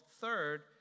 Third